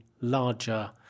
larger